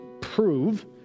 prove